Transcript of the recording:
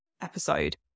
episode